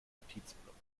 notizblock